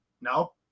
No